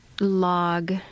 log